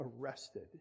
arrested